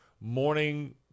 morning